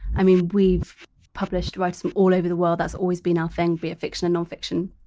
i mean we've published writers from all over the world that's always been our thing be it fiction and nonfiction.